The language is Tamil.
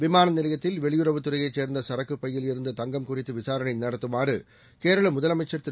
விமானநிலையத்தில் வெளியுறவுத் துறையைச் சேர்ந்தசரக்குபையில் இருந்த தங்கம் குறித்துவிசாரணைநடத்துமாறுகேரளமுதலமைச்சர் திரு